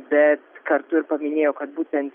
bet kartu ir paminėjo kad būtent